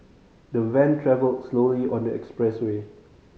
the van travelled slowly on the expressway